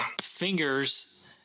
Fingers